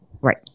Right